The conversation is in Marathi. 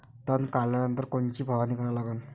तन काढल्यानंतर कोनची फवारणी करा लागन?